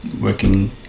working